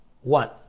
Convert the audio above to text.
One